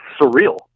surreal